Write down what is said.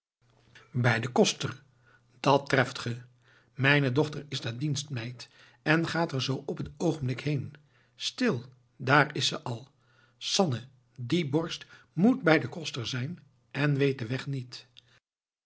bij den koster dat treft ge mijne dochter is daar dienstmeid en gaat er zoo op het oogenblik heen stil daar is ze al sanne die borst moet bij den koster zijn en weet den weg niet